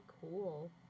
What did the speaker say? cool